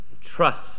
Trust